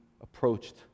approached